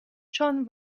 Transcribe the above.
john